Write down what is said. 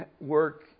work